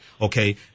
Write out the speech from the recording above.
Okay